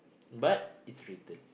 but it's written